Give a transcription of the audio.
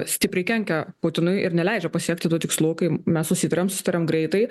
stipriai kenkia putinui ir neleidžia pasiekti tų tikslų kai mes susitariam susitariam greitai